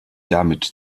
damit